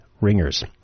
ringers